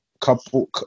couple